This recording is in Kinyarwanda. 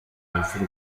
urupfu